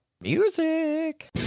Music